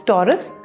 Taurus